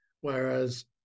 Whereas